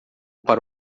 para